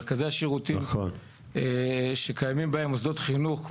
מרכזי השירותים שקיימים בהם מוסדות חינוך,